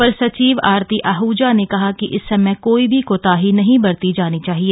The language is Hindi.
अपर सचिव आरती आहजा ने कहा कि इस समय कोई भी कोताही नहीं बरती जानी चाहिए